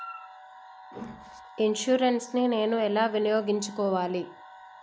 Insurance ని నేను ఎలా వినియోగించుకోవాలి?